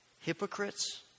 Hypocrites